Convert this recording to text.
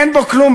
אין בו כלום,